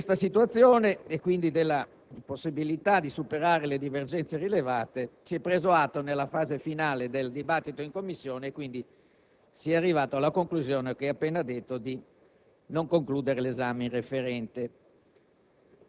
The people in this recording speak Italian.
Di questa situazione, quindi dell'impossibilità di superare le divergenze rilevate, si è preso atto nella fase finale del dibattito in Commissione e quindi si è pervenuti alla conclusione, che ho appena detto, di non concludere l'esame in sede referente.